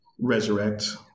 Resurrect